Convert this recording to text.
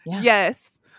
Yes